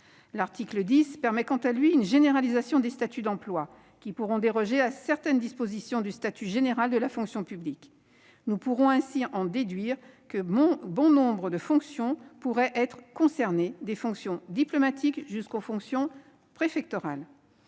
L'article 10 permet quant à lui une généralisation des statuts d'emplois, qui pourront déroger à certaines dispositions du statut général de la fonction publique. Bon nombre de postes pourraient être concernés, des fonctions diplomatiques aux fonctions préfectorales.